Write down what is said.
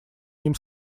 ним